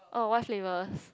oh what flavors